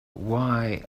why